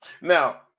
Now